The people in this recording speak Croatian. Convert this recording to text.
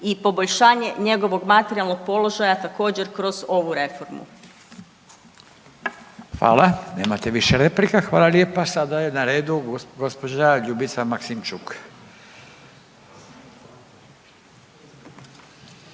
i poboljšanje njegovog materijalnog položaja također kroz ovu reformu. **Radin, Furio (Nezavisni)** Hvala, nemate više replika, hvala lijepa. Sada je na redu gospođa Ljubica Maksimčuk.